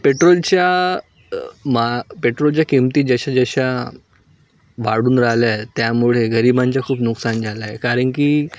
पेट्रोलच्या मा पेट्रोलच्या किमती जशा जशा वाढून राहिल्या त्यामुळे गरिबांचा खूप नुकसान झाला आहे कारण की